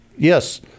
Yes